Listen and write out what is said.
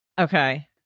Okay